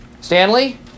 Stanley